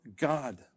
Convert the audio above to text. God